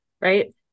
right